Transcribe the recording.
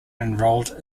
enrolled